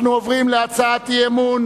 אנחנו עוברים להצעת האי-אמון